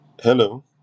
Hello